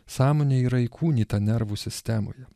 sąmonė yra įkūnyta nervų sistemoje